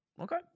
Okay